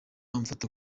amfata